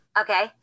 Okay